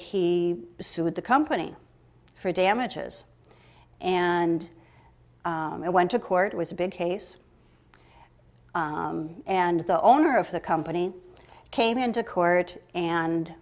he sued the company for damages and i went to court was a big case and the owner of the company came into court and